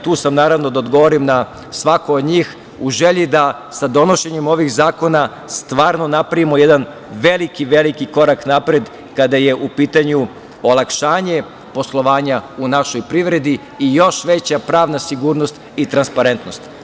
Tu sam da odgovorim na svako od njih u želji da sa donošenjem ovih zakona stvarno napravimo jedan veliki korak napred kada je u pitanju olakšanje poslovanja u našoj privredi i još veća pravna sigurnost i transparentnost.